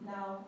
Now